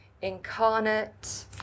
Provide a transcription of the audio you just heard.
Incarnate